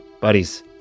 Buddies